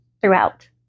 throughout